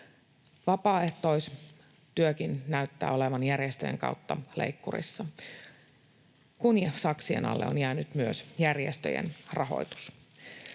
vapaaehtoistyökin näyttää olevan järjestöjen kautta leikkurissa, kun saksien alle on jäänyt myös järjestöjen rahoitus.